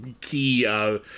key